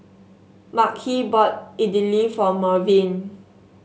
Makhi bought Idili for Mervyn